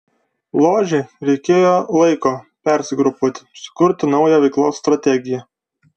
ložei reikėjo laiko persigrupuoti sukurti naują veiklos strategiją